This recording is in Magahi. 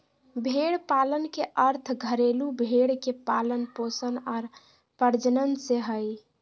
भेड़ पालन के अर्थ घरेलू भेड़ के पालन पोषण आर प्रजनन से हइ